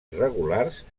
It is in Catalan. irregulars